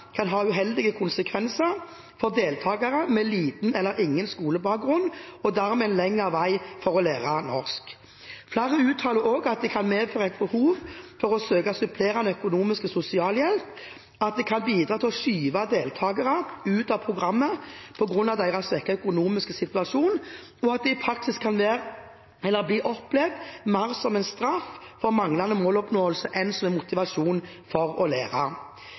kan ha uheldige konsekvenser for deltakere med liten eller ingen skolebakgrunn og dermed en lengre vei for å lære norsk. Flere uttaler også at det kan medføre et behov for å søke supplerende økonomisk sosialhjelp, at det kan bidra til å skyve deltakere ut av programmet på grunn av deres svekkede økonomiske situasjon, og at det i praksis kan være eller bli opplevd mer som en straff for manglende måloppnåelse enn som en motivasjon for å lære.